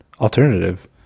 alternative